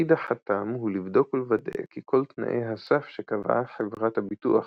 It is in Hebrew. תפקיד החתם הוא לבדוק ולוודא כי כל תנאי הסף שקבעה חברת הביטוח